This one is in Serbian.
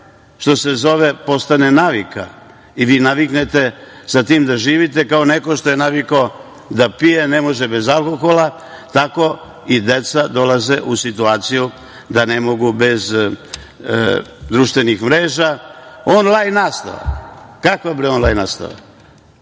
što se zove postane navika, i vi naviknete sa tim da živite kao neko što je navikao da pije, ne može bez alkohola, tako i deca dolaze u situaciju da ne mogu bez društvenih mreža. Onlajn nastava. Kaka onlajn nastava?